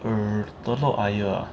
mm telok ayer ah